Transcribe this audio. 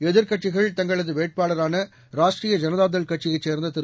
எதிர்க்கட்சிகள் தங்களது வேட்பாளரான ராஷ்ட்ரீய ஜனதா தள் கட்சியைச் சேர்ந்த திரு